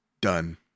Done